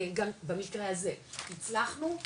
גם במקרה הזה הצלחנו,